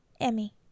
Emmy